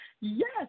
Yes